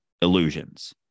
illusions